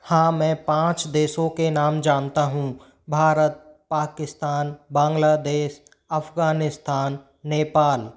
हाँ मैं पाँच देशों के नाम जानता हूँ भारत पाकिस्तान बांग्लादेश अफ़ग़ानिस्तान नेपाल